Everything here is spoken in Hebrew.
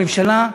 הממשלה,